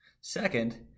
Second